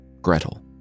Gretel